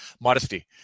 Modesty